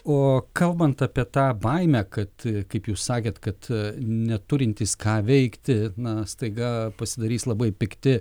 o kalbant apie tą baimę kad kaip jūs sakėt kad neturintys ką veikti na staiga pasidarys labai pikti